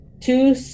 Two